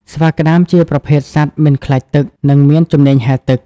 ស្វាក្តាមជាប្រភេទសត្វមិនខ្លាចទឹក និងមានជំនាញហែលទឹក។